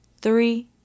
three